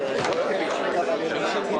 בוקר טוב, אני